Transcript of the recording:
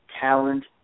talent